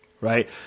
right